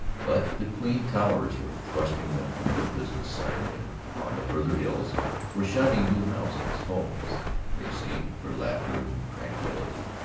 but the clean towers were thrusting them from the business center, and on the farther hills were shining new houses, homes they seemed for laughter and tranquillity.